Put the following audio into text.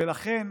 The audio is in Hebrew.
ולכן